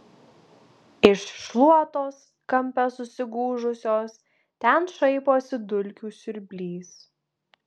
iš šluotos kampe susigūžusios ten šaiposi dulkių siurblys